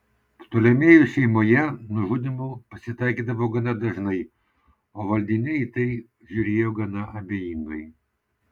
ptolemėjų šeimoje nužudymų pasitaikydavo gana dažnai o valdiniai į tai žiūrėjo gana abejingai